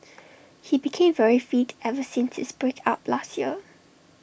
he became very fit ever since his break up last year